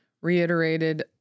reiterated